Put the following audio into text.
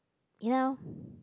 you know